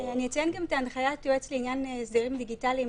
אציין גם שההנחיה של היועץ לעניין הסדרים דיגיטליים